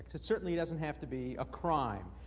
it certainly doesn't have to be a crime,